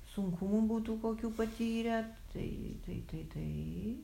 sunkumų būtų kokių patyrę tai tai tai tai